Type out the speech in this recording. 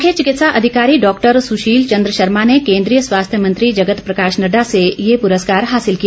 मुख्य चिकित्सा अधिकारी डॉ सुशील चंद्र शर्मा ने केंद्रीय स्वास्थ्य मंत्री जगत प्रकाश नड्डा से ये पुरस्कार हासिल किया